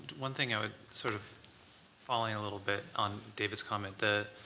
one thing, ah sort of following a little bit on david's comment, the